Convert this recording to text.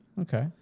Okay